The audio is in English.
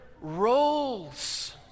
roles